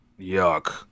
Yuck